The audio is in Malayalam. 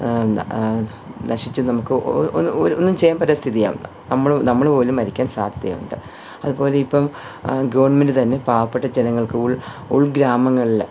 നശിച്ച് നമുക്ക് ഒന്നും ചെയ്യാൻ പറ്റാത്ത സ്ഥിതിയാവും നമ്മൾ നമ്മൾ പോലും മരിക്കാൻ സാധ്യതയുണ്ട് അതുപോലെ ഇപ്പം ഗവണ്മെൻറ് തന്നെ പാവപെട്ട ജനങ്ങൾക്ക് ഉൾ ഉൾ ഗ്രാമങ്ങളിൽ